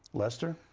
lester?